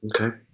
Okay